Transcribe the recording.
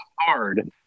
hard